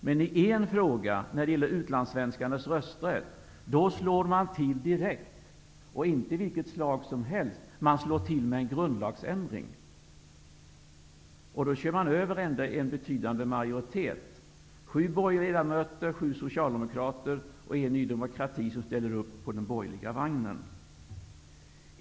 Men i en fråga som gäller utlandssvenskarnas rösträtt slår man till direkt. Det är inte heller vilket slag som helst, utan man slår till med en grundlagsändring. Då kör man över en betydande majoritet: sju borgerliga ledamöter, sju socialdemokrater och en nydemokrat som ställer upp på den borgerliga vagnen.